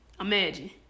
Imagine